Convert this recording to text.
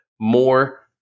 more